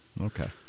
Okay